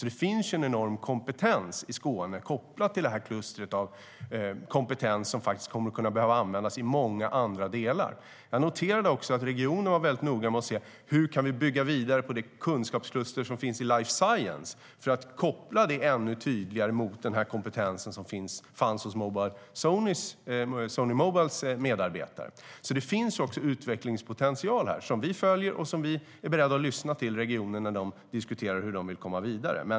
Det finns en enorm kompetens i Skåne. Det klustret av kompetens kommer att behöva användas i många andra delar. Jag noterade också att regionen var noga med att fråga sig hur de kan bygga vidare på det kunskapskluster som finns i life science för att koppla det ännu tydligare mot den kompetens som fanns hos Sony Mobiles medarbetare. Här finns således utvecklingspotential. Vi följer det som sker och är beredda att lyssna till regionen när de diskuterar hur de vill komma vidare.